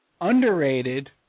underrated